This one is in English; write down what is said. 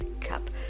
Cup